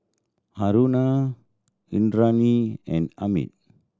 Aruna Indranee and Amit